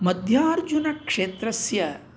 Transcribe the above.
मध्यार्जुनक्षेत्रस्य